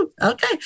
okay